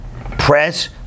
press